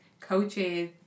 Coaches